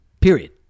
Period